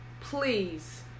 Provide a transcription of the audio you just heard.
Please